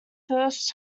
first